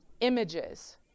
images